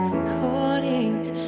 recordings